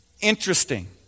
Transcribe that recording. Interesting